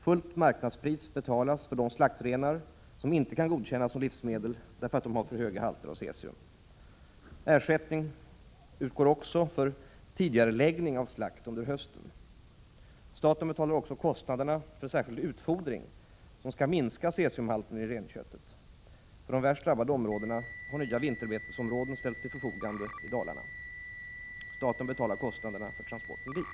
Fullt marknadspris betalas för de slaktrenar som inte kan godkännas som livsmedel på grund av för höga halter av cesium. Ersättning utgår också för tidigareläggning av slakt under hösten. Staten betalar vidare kostnaderna för särskild utfodring som skall minska cesiumhalten i renköttet. För de värst drabbade områdena har nya vinterbetesområden ställts till förfogande i Dalarna. Staten betalar kostnaderna för transporten dit.